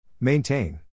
Maintain